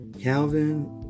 Calvin